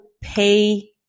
pay